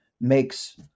makes